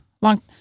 long